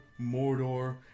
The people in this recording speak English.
Mordor